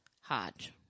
Hodge